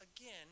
again